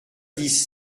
dix